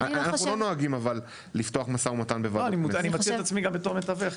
אנחנו לא נוהגים לפתוח משא ומתן --- אני מוצא את עצמי בתור מתווך,